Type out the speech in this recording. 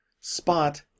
Spot